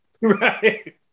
Right